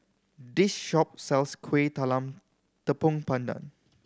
this shop sells Kueh Talam Tepong Pandan